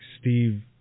Steve